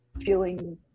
feeling